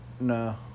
No